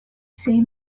see